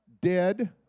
dead